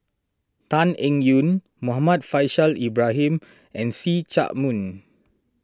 Tan Eng Yoon Muhammad Faishal Ibrahim and See Chak Mun